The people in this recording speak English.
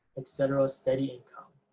etc, steady income.